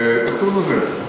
איך קוראים לזה?